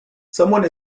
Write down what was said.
someone